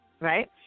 Right